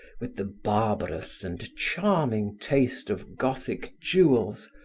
with the barbarous and charming taste of gothic jewels,